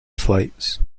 flights